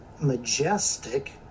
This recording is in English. majestic